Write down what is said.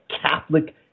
Catholic